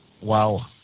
Wow